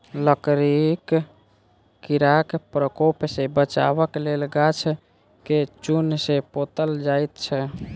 लकड़ीक कीड़ाक प्रकोप सॅ बचबाक लेल गाछ के चून सॅ पोतल जाइत छै